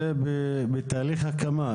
זה בתהליך הקמה,